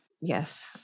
Yes